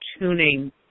tuning